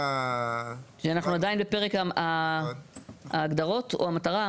--- אנחנו עדיין בפרק ההגדרות או המטרה?